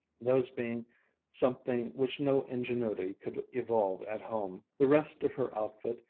those being something which no ingenuity could evolve at home. the rest of her outfit,